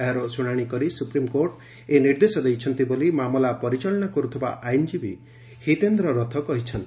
ଏହାର ଶ୍ରଶାଶି କରି ସ୍ପ୍ରମିକୋର୍ଟ ଏହି ନିର୍ଦ୍ଦେଶ ଦେଇଛନ୍ତି ବୋଲି ମାମଲା ପରିଚାଳନା କରୁଥିବା ଆଇନଜୀବୀ ହିତେନ୍ଦ୍ର ରଥ କହିଛନ୍ତି